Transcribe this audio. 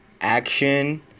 action